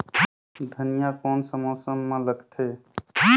धनिया कोन सा मौसम मां लगथे?